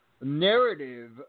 narrative